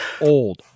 old